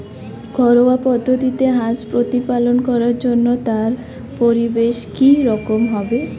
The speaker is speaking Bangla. ঘরোয়া পদ্ধতিতে হাঁস প্রতিপালন করার জন্য তার পরিবেশ কী রকম হবে?